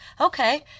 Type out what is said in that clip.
okay